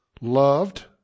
Loved